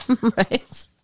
Right